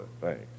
Thanks